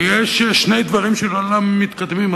יש שני דברים שלעולם מתקדמים,